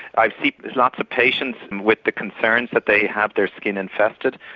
i've seen lots of patients with the concerns that they have their skin infested,